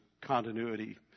continuity